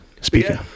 speaking